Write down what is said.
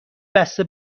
بسته